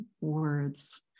words